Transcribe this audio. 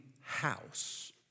house